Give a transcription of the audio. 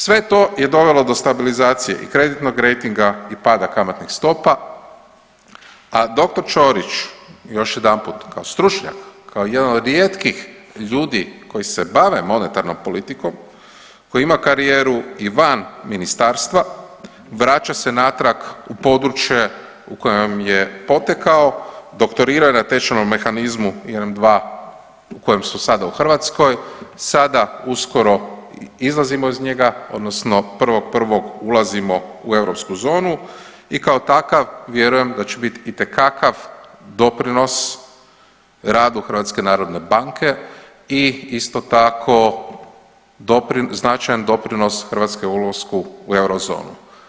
Sve to je dovelo do stabilizacije i kreditnog rejtinga i pada kamatnih stopa, a dr. Ćorić još jedanput kao stručnjak, kao jedan od rijetkih ljudi koji se bave monetarnom politikom koji ima karijeru i van ministarstva vraća se natrag u područje u kojem je potekao doktorirao je na tečajnom mehanizmu 1.2 u kojem su sada u Hrvatskoj, sada uskoro izlazimo iz njega odnosno 1.1. ulazimo u europsku zonu i kao takav vjerujem da će bit itekakav doprinos radu HNB i isto tako značajan doprinos Hrvatske ulasku u eurozonu.